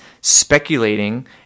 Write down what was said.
speculating